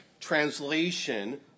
translation